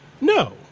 No